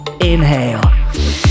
inhale